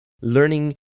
learning